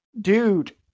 dude